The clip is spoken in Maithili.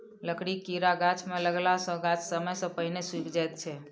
लकड़ीक कीड़ा गाछ मे लगला सॅ गाछ समय सॅ पहिने सुइख जाइत छै